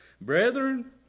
Brethren